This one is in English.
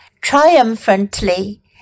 triumphantly